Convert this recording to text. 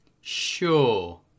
Sure